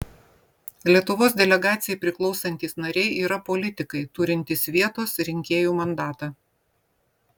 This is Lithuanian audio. lietuvos delegacijai priklausantys nariai yra politikai turintys vietos rinkėjų mandatą